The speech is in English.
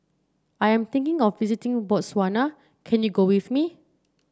I am thinking of visiting Botswana can you go with me